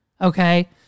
Okay